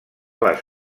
les